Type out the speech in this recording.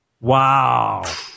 Wow